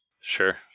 sure